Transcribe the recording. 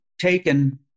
taken